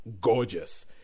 gorgeous